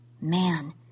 Man